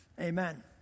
Amen